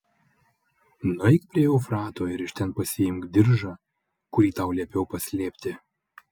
nueik prie eufrato ir iš ten pasiimk diržą kurį tau liepiau paslėpti